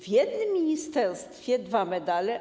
W jednym ministerstwie - dwa medale.